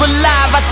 alive